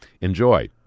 Enjoy